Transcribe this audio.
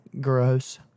gross